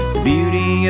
Beauty